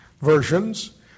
versions